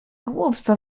głupstwa